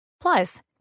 Plus